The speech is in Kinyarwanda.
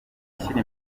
gushyira